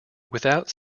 without